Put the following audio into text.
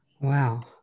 Wow